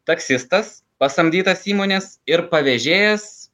taksistas pasamdytas įmonės ir pavežėjas